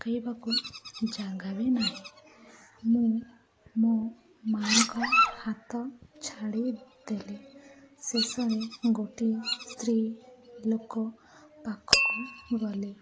ପକେଇବାକୁ ଜାଗା ବି ନାହିଁ ମୁଁ ମୋ ମାଙ୍କ ହାତ ଛାଡ଼ି ଦେଲି ଶେଷରେ ଗୋଟିଏ ସ୍ତ୍ରୀ ଲୋକ ପାଖକୁ ଗଲି